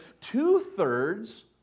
two-thirds